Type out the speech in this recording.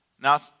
now